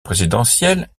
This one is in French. présidentielle